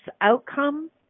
outcome